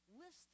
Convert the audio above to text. list